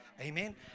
Amen